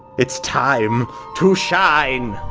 it's time to shine.